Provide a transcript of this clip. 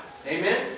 Amen